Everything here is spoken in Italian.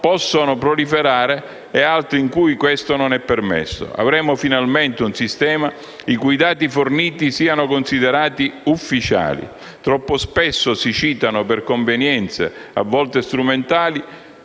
possono proliferare e altri in cui questo non è permesso. Avremo finalmente un sistema i cui dati saranno considerati ufficiali. Troppo spesso si citano per convenienze, a volte strumentali,